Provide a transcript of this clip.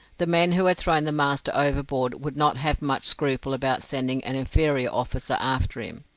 the men who had thrown the master overboard would not have much scruple about sending an inferior officer after him.